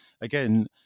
again